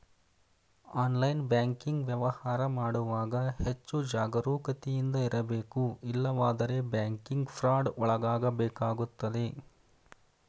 online banking ವ್ಯವಹಾರ ಮಾಡುವಾಗ ಹೆಚ್ಚು ಜಾಗರೂಕತೆಯಿಂದ ಇರಬೇಕು ಇಲ್ಲವಾದರೆ ಬ್ಯಾಂಕಿಂಗ್ ಫ್ರಾಡ್ ಒಳಗಾಗಬೇಕಾಗುತ್ತದೆ